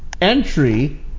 entry